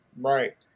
right